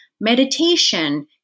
meditation